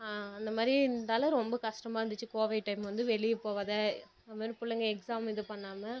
அந்த மாதிரி இருந்தாலும் ரொம்ப கஷ்டமாக்அ இருந்துச்சு கோவிட் டைம் வந்து வெளியே போகாத அது மாதிரி பிள்ளைங்க எக்ஸாம் இதுப் பண்ணாமல்